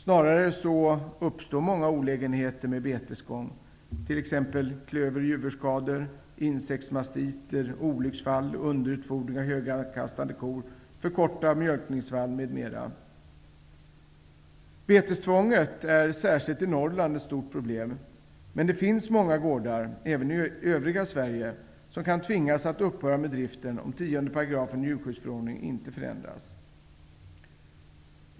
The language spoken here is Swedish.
Snarare uppstår många olägenheter med betesgång, t.ex. Betestvånget är särskilt i Norrland ett stort problem. Men det finns många gårdar även i övriga Sverige som kan tvingas att upphöra med driften om 10 § i djurskyddsförordningen inte förändras.